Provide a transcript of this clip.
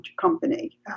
company